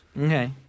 Okay